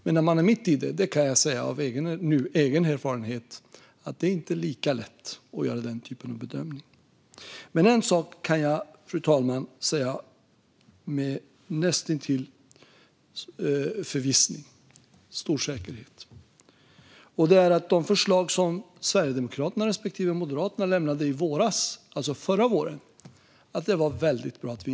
Men när man är mitt i det kan jag nu säga av egen erfarenhet att det inte är lika lätt att göra den typen av bedömning. Men en sak kan jag, fru talman, säga med stor säkerhet, och det är att det var väldigt bra att vi inte följde de förslag som Sverigedemokraterna respektive Moderaterna lämnade förra våren.